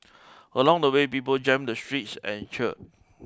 along the way people jammed the streets and cheered